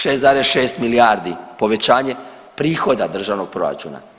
6,6 milijardi povećanje prihoda državnog proračuna.